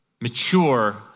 Mature